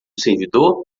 servidor